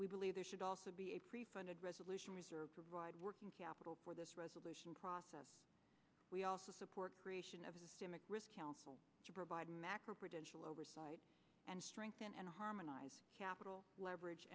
we believe there should also be a pre funded resolution reserves of wide working capital for this resolution process we also support creation of a stimac risk to provide macro prudential oversight and strengthen and harmonize capital leverage